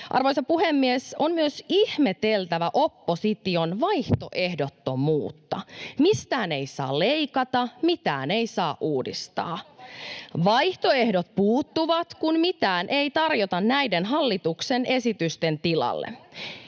Arvoisa puhemies! On myös ihmeteltävä opposition vaihtoehdottomuutta, mistään ei saa leikata, mitään ei saa uudistaa. [Aino-Kaisa Pekonen: Odottakaa vaihtoehtobudjetteja!] Vaihtoehdot puuttuvat, kun mitään ei tarjota näiden hallituksen esitysten tilalle.